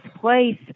place